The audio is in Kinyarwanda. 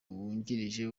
wungirije